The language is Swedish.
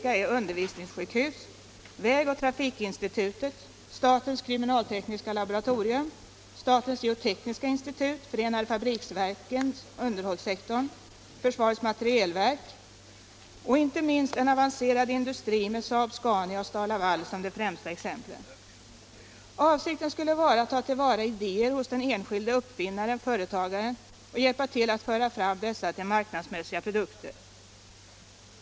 Avsikten skulle vara att ta till vara idéer hos den enskilde uppfinnaren-företagaren och hjälpa till att föra fram dessa till marknadsmässiga produkter.